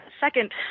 second